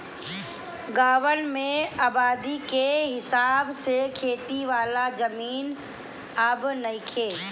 गांवन में आबादी के हिसाब से खेती वाला जमीन अब नइखे